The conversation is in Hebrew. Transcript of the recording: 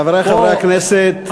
חברי חברי הכנסת,